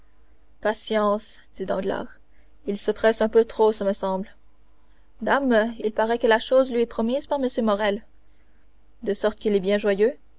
patience dit danglars il se presse un peu trop ce me semble dame il paraît que la chose lui est promise par m morrel de sorte qu'il est bien joyeux